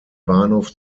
bahnhof